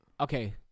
Okay